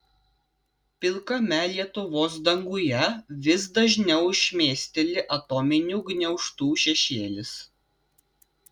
pilkame lietuvos danguje vis dažniau šmėsteli atominių gniaužtų šešėlis